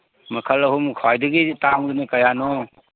ꯃꯈꯜ ꯑꯍꯨꯝ ꯈ꯭ꯋꯥꯏꯗꯒꯤ ꯇꯥꯡꯕꯗꯨꯅ ꯀꯌꯥꯅꯣ